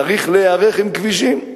צריך להיערך עם כבישים.